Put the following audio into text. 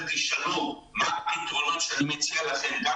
בהרצליה ותכף תשאלו מה הפתרונות שאני מציע לכם.